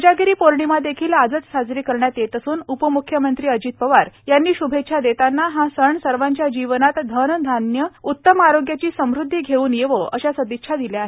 कोजागिरी पौर्णिमा देखील आजच साजरी करण्यात येत असून उपमुख्यमंत्री अजित पवार यांनी शुभेच्छा देताना हा सण सर्वांच्या जीवनात धन धान्य उत्तम आरोग्याची समुद्वी घेऊन येवो अशा सदिच्छा दिल्या आहेत